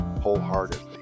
wholeheartedly